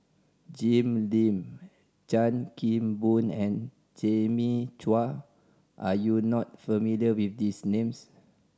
Jim Lim Chan Kim Boon and Jimmy Chua are you not familiar with these names